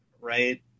Right